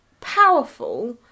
powerful